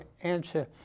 answer